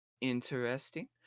Interesting